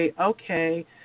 okay